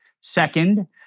Second